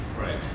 Right